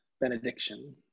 benediction